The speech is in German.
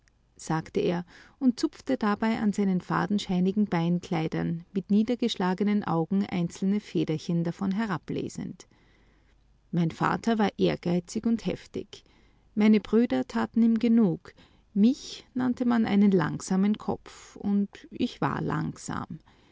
sagte er und zupfte dabei an seinen fadenscheinigen beinkleidern mit niedergeschlagenen augen einzelne federchen davon herablesend mein vater war ehrgeizig und heftig meine brüder taten ihm genug mich nannte man einen langsamen kopf und ich war langsam